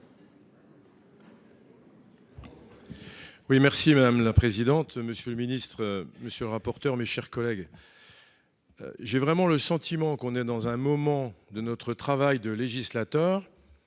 merci madame la présidente, monsieur le ministre, monsieur le rapporteur, mes chers collègues, j'ai vraiment le sentiment qu'on est dans un moment de notre travail de législateur